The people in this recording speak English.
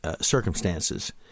circumstances